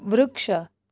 વૃક્ષ